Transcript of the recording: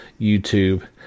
YouTube